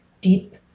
deep